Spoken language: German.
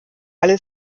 alle